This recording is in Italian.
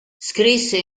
scrisse